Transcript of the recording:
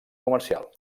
comercial